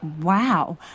Wow